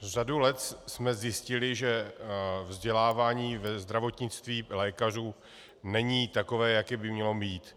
Řadu let jsme zjistili, že vzdělávání ve zdravotnictví lékařů není takové, jaké by mělo být.